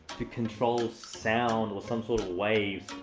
to control sound or some sort of waves.